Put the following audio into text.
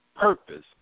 purpose